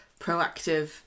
proactive